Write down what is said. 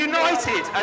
United